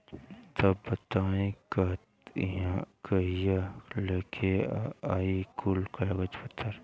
तब बताई कहिया लेके आई कुल कागज पतर?